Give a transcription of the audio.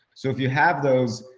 so if you have those,